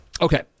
Okay